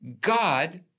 God